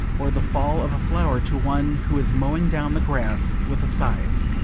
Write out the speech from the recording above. or the fall of a flower to one who is mowing down the grass with a scythe.